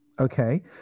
Okay